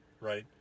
right